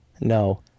No